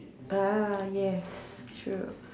err yes true